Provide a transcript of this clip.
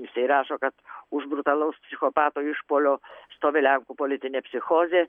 jisai rašo kad už brutalaus psichopato išpuolio stovi lenkų politinė psichozė